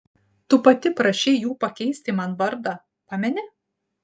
tu pati prašei jų pakeisti man vardą pameni